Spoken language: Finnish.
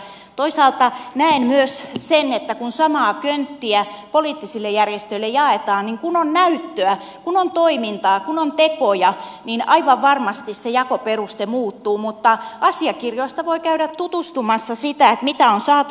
toisaalta näen myös sen että kun samaa könttiä poliittisille järjestöille jaetaan niin kun on näyttöä kun on toimintaa kun on tekoja niin aivan varmasti se jakoperuste muuttuu mutta asiakirjoista voi käydä tutustumassa siihen mitä on saatu